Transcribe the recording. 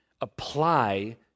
apply